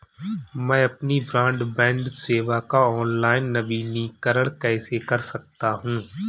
मैं अपनी ब्रॉडबैंड सेवा का ऑनलाइन नवीनीकरण कैसे कर सकता हूं?